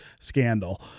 scandal